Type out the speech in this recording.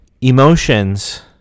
Emotions